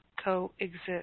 coexist